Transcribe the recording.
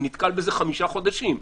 אני נתקל בזה חמישה חודשים.